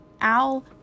Al